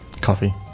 Coffee